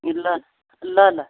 ए ल ल ल